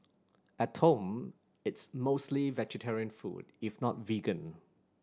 at home it's mostly vegetarian food if not vegan